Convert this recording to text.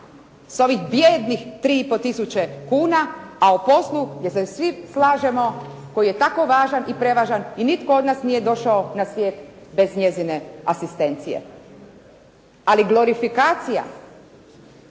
s ovih bijednih 3 i pol tisuće kuna, a o poslu gdje se svi slažemo koji je tako važan i prevažan i nitko od nas nije došao na svijet bez njezine asistencije. Ali glorifikacija